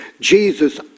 Jesus